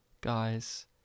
guys